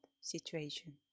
situation